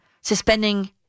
suspending